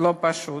לא פשוט.